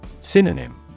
Synonym